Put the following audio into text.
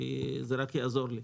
כי זה רק יעזור לי.